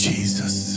Jesus